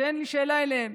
אין לי שאלה אליהן,